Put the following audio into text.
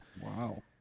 Wow